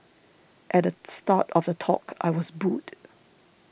at the start of the talk I was booed